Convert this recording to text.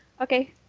Okay